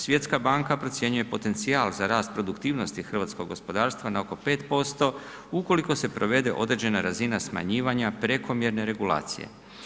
Svjetska banka procjenjuje potencijal za rast produktivnosti hrvatskog gospodarstva na oko 5% ukoliko se provede određena razina smanjivanja prekomjerne regulacije.